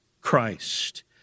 Christ